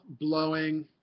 blowing